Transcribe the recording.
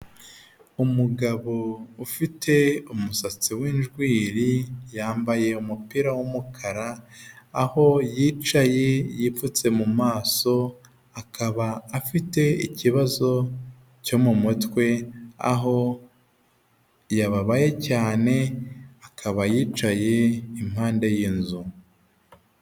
Umugabo ufite umusatsi w'injwiri yambaye umupira w'umukara, aho yicaye yipfutse mu maso, akaba afite ikibazo cyo mu mutwe aho yababaye cyane. Akaba yicaye impande y'inzu.